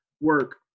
work